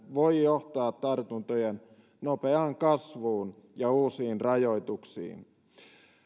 voi johtaa tartuntojen nopeaan kasvuun ja uusiin rajoituksiin